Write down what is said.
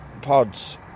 pods